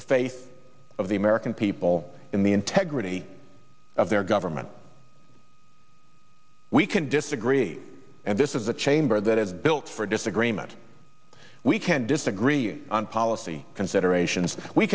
the faith of the american people in the integrity of their government we can disagree and this is the chamber that is built for disagreement we can disagree on policy considerations we